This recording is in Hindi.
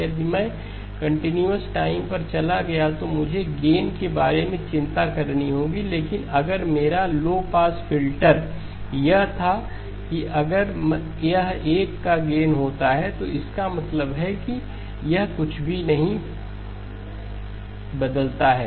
यदि मैं कंटीन्यूअस टाइम पर चला गया तो मुझे गेनके बारे में चिंता करनी होगी लेकिन अगर मेरा लो पास फ़िल्टर यह था कि अगर यह 1 का गेन होता है तो इसका मतलब है कि यह कुछ भी नहीं बदलता है